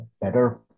better